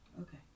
Okay